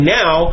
now